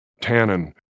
tannin